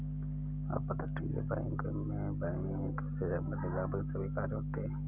अपतटीय बैंक मैं बैंक से संबंधित लगभग सभी कार्य होते हैं